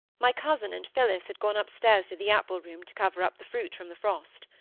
my cousin and phillis had gone up-stairs to the apple-room to cover up the fruit from the frost.